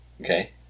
Okay